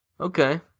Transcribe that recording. Okay